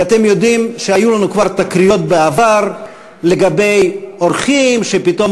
כי אתם יודעים שהיו לנו תקריות כבר בעבר לגבי אורחים שפתאום